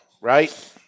right